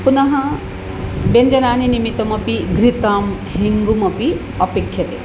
पुनः व्यञ्जनानि निमित्तमपि घृतं हिङ्गुमपि अपेक्ष्यते